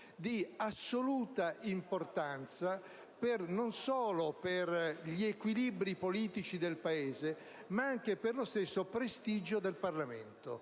di assoluta importanza, non solo per gli equilibri politici del Paese ma anche per lo stesso prestigio del Parlamento.